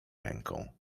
ręką